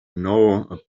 know